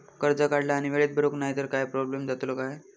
कर्ज काढला आणि वेळेत भरुक नाय तर काय प्रोब्लेम जातलो काय?